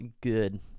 good